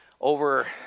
over